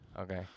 Okay